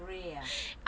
grey ah